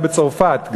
גזירה בצרפת,